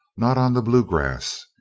not on the blue grass.